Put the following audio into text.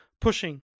pushing